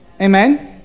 Amen